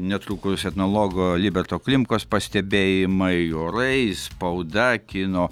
netrukus etnologo liberto klimkos pastebėjimai orai spauda kino